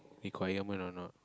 requirement or not